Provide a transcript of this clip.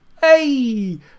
Hey